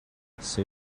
say